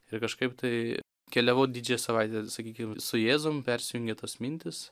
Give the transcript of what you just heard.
ir kažkaip tai keliavau didžiąją savaitę sakykim su jėzum persijungė tos mintys